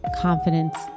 confidence